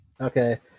Okay